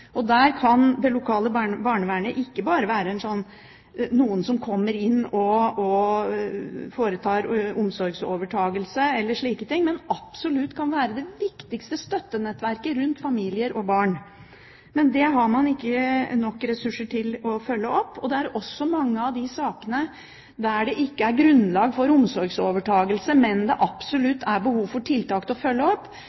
Og der kan det lokale Barnevernet være ikke bare noen som kommer inn og overtar omsorgen, men absolutt det viktigste støttenettverket rundt familier og barn. Men det har man ikke nok ressurser til å følge opp. Det er også mange av de sakene der det ikke er grunnlag for omsorgsovertakelse, men der det